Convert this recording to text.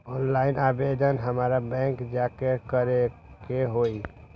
Online आवेदन हमरा bank जाके करे के होई?